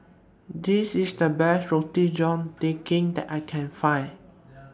This IS The Best Roti John Daging that I Can Find